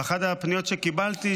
באחת הפניות שקיבלתי,